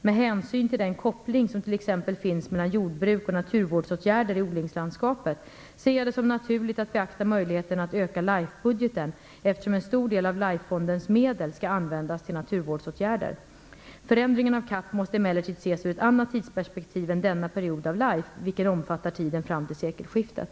Med hänsyn till den koppling som t.ex. finns mellan jordbruk och naturvårdsåtgärder i odlingslandskapet ser jag det som naturligt att beakta möjligheterna att öka LIFE-budgeten, eftersom en stor del av LIFE fondens medel skall användas till naturvårdsåtgärder. Förändringen av CAP måste emellertid ses ur ett annat tidsperspektiv än denna period av LIFE, vilken omfattar tiden fram till sekelskiftet.